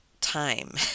time